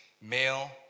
Male